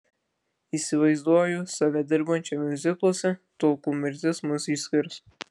įsivaizduoju save dirbančią miuzikluose tol kol mirtis mus išskirs